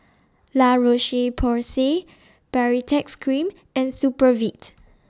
La Roche Porsay Baritex Cream and Supravit